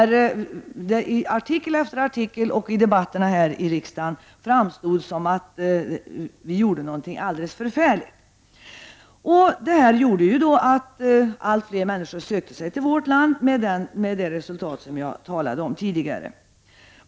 I artikel efter artikel och i debatterna här i riksdagen framställdes saken på det sättet att vi gjorde något alldeles förfärligt. Detta gjorde att allt fler människor sökte sig till vårt land med det resultat som jag nämnde tidigare.